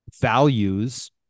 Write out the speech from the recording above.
values